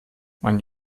mein